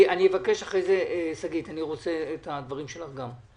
שגית, אחרי זה אני רוצה לשמוע גם את הדברים שלך.